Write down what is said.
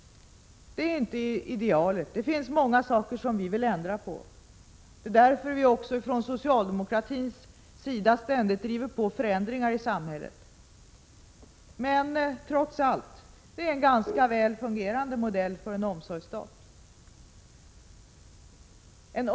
Det är inte idealiskt — det finns mycket vi vill ändra på. Därför driver vi från socialdemokratins sida ständigt på förändringar i samhället, men trots allt har vi en ganska väl fungerande modell för en omsorgsstat.